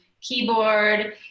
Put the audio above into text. keyboard